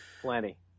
Plenty